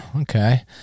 okay